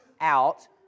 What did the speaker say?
out